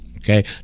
Okay